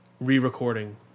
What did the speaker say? re-recording